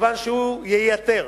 כיוון שהוא ייתר